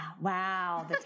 wow